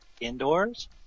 indoors